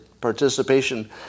participation